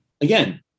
Again